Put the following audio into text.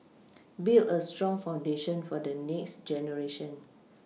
build a strong foundation for the next generation